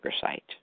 site